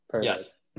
Yes